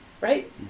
right